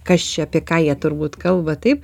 kas čia apie ką jie turbūt kalba taip